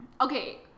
Okay